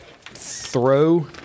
throw